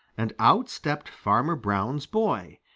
and out stepped farmer brown's boy.